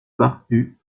barbu